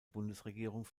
bundesregierung